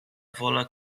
wola